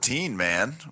man